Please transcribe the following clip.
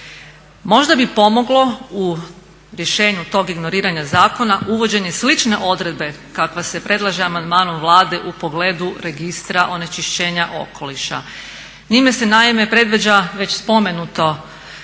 Možda bi pomoglo u rješenju tog ignoriranja zakona uvođenje slične odredbe kakve se predlaže amandmanom Vlade u pogledu registra onečišćenja okoliša. Njime se naime predviđa već spomenuto